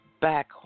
back